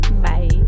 Bye